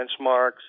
benchmarks